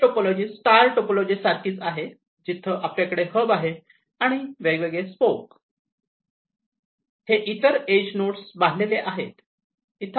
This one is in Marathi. ही टोपोलॉजी स्टार टोपॉलॉजी सारखी आहे जिथे आपल्याकडे हब आहे आणि वेगवेगळे स्पोक हे इतर एज नोडस बांधलेले आहेत